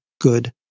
good